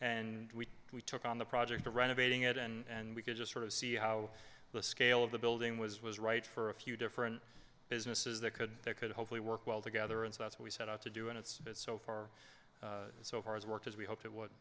and we we took on the project renovating it and we could just sort of see how the scale of the building was was right for a few different businesses that could they could hopefully work well together and that's what we set out to do and it's been so far so far as work as we hoped it w